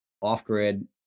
off-grid